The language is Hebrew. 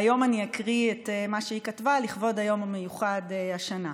היום אקריא את מה שהיא כתבה לכבוד היום המיוחד השנה.